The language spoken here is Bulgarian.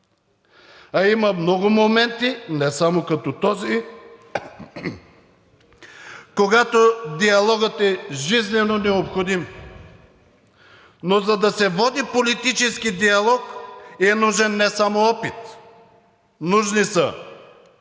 А има много моменти, не само като този, когато диалогът е жизненонеобходим, но за да се води политически диалог, е нужен не само опит, нужни са